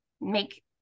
make